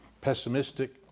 pessimistic